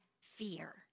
fear